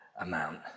amount